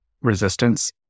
resistance